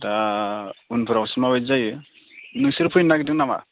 दा उनफोरावसो माबायदि जायो नोंसोर फैनो नागिरदों नामा